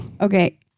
Okay